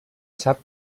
sap